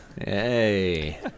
Hey